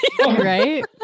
Right